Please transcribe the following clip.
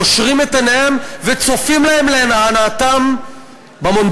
קושרים את עיניהם וצופים להם להנאתם במונדיאל.